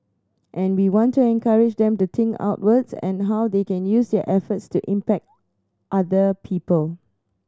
and we want to encourage them to think outwards and how they can use their efforts to impact other people